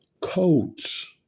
coach